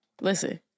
Listen